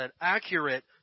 accurate